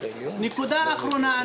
נקודה אחרונה.